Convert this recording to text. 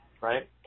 right